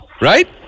Right